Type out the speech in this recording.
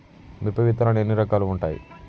మిరప విత్తనాలు ఎన్ని రకాలు ఉంటాయి?